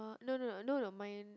no no no no mine